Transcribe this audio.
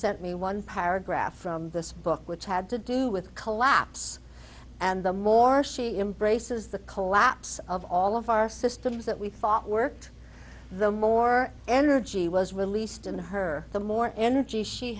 sent me one paragraph from this book which had to do with collapse and the more she embraces the collapse of all of our systems that we thought worked the more energy was released in her the more energy she